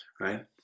right